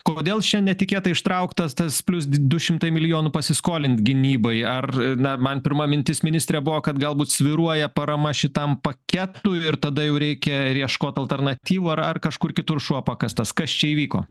kodėl šian netikėtai ištrauktas tas plius du šimtai milijonų pasiskolint gynybai ar na man pirma mintis ministre buvo kad galbūt svyruoja parama šitam paketui ir tada jau reikia ieškoti alternatyvų ar ar kažkur kitur šuo pakastas kas čia įvyko